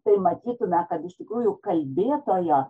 tai matytume kad iš tikrųjų kalbėtojo